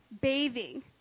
bathing